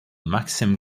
maxim